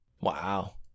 Wow